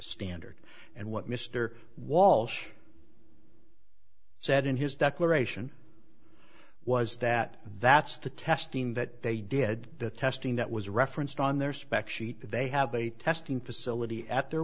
standard and what mr walsh said in his declaration was that that's the testing that they did the testing that was referenced on their spec sheet that they have a testing facility at their